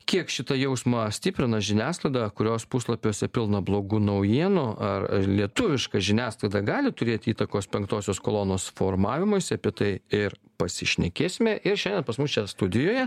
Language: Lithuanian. kiek šitą jausmą stiprina žiniasklaida kurios puslapiuose pilna blogų naujienų ar lietuviška žiniasklaida gali turėti įtakos penktosios kolonos formavimuisi apie tai ir pasišnekėsime ir šiandien pas mus čia studijoje